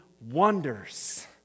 wonders